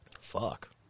fuck